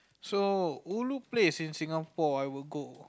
so ulu place in Singapore I would go